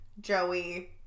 Joey